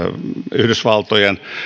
yhdysvaltojen